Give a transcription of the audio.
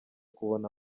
kubona